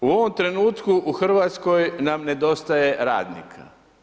U ovom trenutku u Hrvatskoj nam nedostaje radnika.